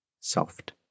soft